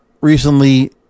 recently